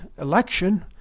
election